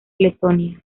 letonia